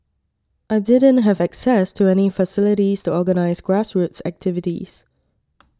I didn't have access to any facilities to organise grassroots activities